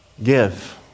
give